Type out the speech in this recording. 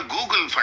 Google